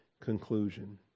conclusion